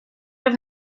have